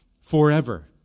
forever